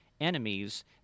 enemies